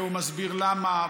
והוא מסביר למה,